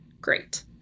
Great